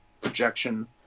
projection